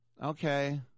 Okay